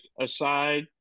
aside